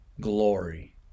glory